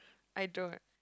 I don't